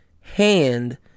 hand